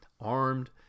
armed